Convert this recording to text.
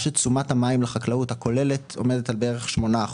שתשומת המים לחקלאות הכוללת עומדת על בערך 8%,